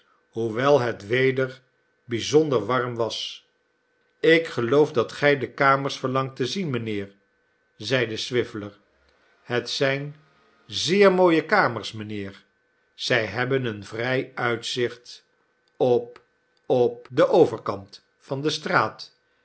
hoewel het weder bijzonder warm was ik geloof dat gij de kamers verlangt te zien mijnheerl zeide swiveller het zijn zeer mooie kamers mijnheer zij hebben een vrij uitzicht op op den overkant van de straat